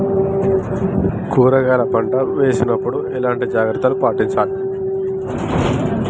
కూరగాయల పంట వేసినప్పుడు ఎలాంటి జాగ్రత్తలు పాటించాలి?